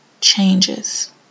changes